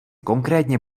konkrétně